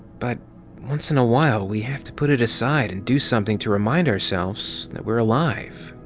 but once in a while we have to put it aside and do something to remind ourselves that we're alive.